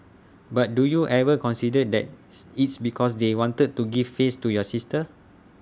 but do you ever consider that's it's because they wanted to give face to your sister